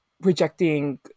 rejecting